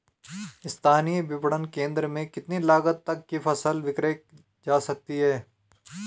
स्थानीय विपणन केंद्र में कितनी लागत तक कि फसल विक्रय जा सकती है?